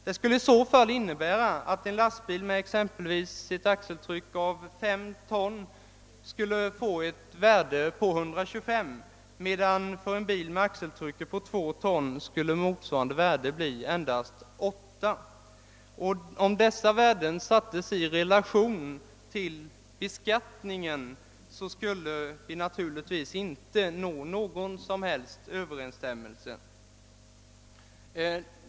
Detta skulle innebära att en lastbil med ett axeltryck på 5 ton skulle få ett värde på 125, medan motsvarande värde för en bil med axeltrycket 2 ton skulle bli 8. Dessa värden står naturligtvis inte i relation till beskattningen.